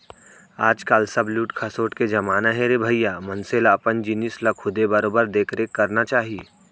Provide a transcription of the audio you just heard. आज काल सब लूट खसोट के जमाना हे रे भइया मनसे ल अपन जिनिस ल खुदे बरोबर देख रेख करना चाही